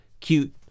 cute